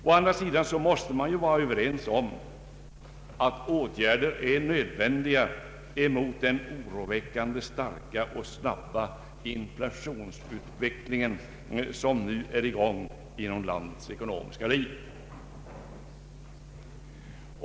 Å andra sidan måste man vara överens om att åtgärder är nödvändiga emot den oroväckande starka och snabba inflationsutveckling som nu pågår inom landets ekonomiska liv.